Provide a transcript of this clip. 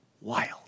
wild